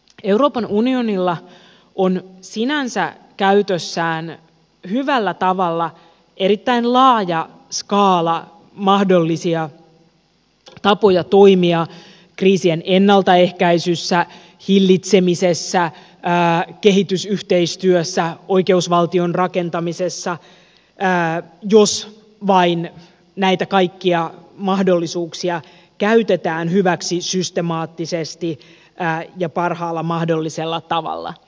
euroopan unionilla on sinänsä käytössään hyvällä tavalla erittäin laaja skaala mahdollisia tapoja toimia kriisien ennaltaehkäisyssä hillitsemisessä kehitysyhteistyössä oikeusvaltion rakentamisessa jos vain näitä kaikkia mahdollisuuksia käytetään hyväksi systemaattisesti ja parhaalla mahdollisella tavalla